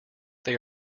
they